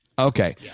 Okay